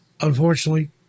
Unfortunately